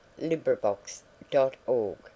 LibriVox.org